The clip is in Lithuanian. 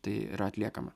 tai yra atliekama